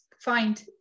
find